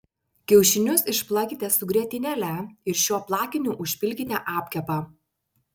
kiaušinius išplakite su grietinėle ir šiuo plakiniu užpilkite apkepą